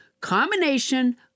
combination